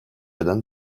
eden